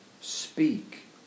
speak